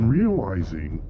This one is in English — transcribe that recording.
realizing